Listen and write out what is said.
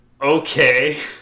okay